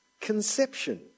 conception